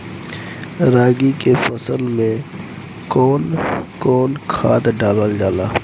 रागी के फसल मे कउन कउन खाद डालल जाला?